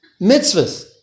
Mitzvahs